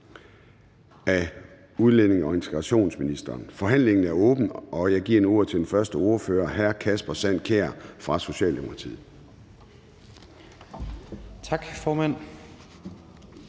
Forhandling Formanden (Søren Gade): Forhandlingen er åbnet. Og jeg giver ordet til den første ordfører, hr. Kasper Sand Kjær fra Socialdemokratiet.